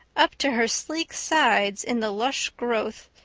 up to her sleek sides in the lush growth,